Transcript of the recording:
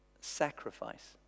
sacrifice